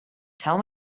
tell